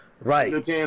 right